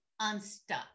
unstuck